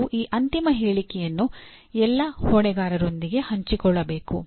ಮತ್ತು ಈ ಅಂತಿಮ ಹೇಳಿಕೆಯನ್ನು ಎಲ್ಲಾ ಹೊಣೆಗಾರರೊಂದಿಗೆ ಹಂಚಿಕೊಳ್ಳಬೇಕು